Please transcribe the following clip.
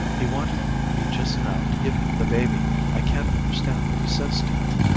he wanted me just now to give him the baby. i can't understand what he says to it